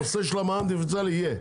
הנושא של המע"מ הדיפרנציאלי יהיה,